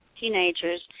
teenagers